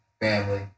Family